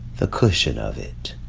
the cushion of it,